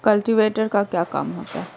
Cultivator का क्या काम होता है?